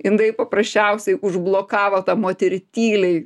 jinai paprasčiausiai užblokavo tą moterį tyliai